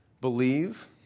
believe